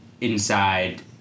inside